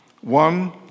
One